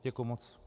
Děkuji moc.